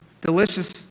delicious